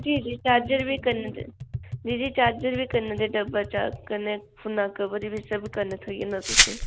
जी जी चार्जर बी कन्नै जी जी चार्जर बी कन्नै ते डब्बा कन्नै फुल्लें दा कवर बी सब कन्नै थ्होेई जाना तुसें गी